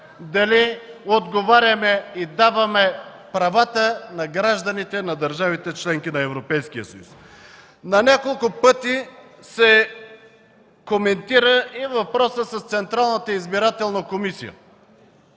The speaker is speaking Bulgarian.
дали отговаряме и даваме правата на гражданите на държавите – членки на Европейския съюз. На няколко пъти се коментира и въпросът за Централната избирателна комисия.